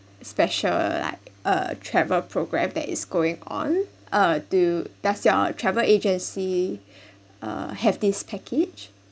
special like a travel program that is going on uh do does your travel agency uh have this package